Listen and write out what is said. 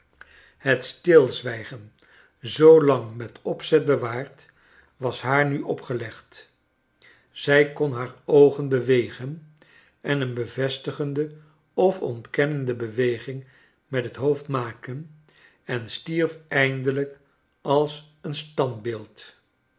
het stilzwijgen zoolang met opzet bewaard was naar nu opgelegd zij kon haar oogen bewegen en een bevestigende of ontkennende beweging met het hoofd maken en stierf eindeiijk als een standbeeld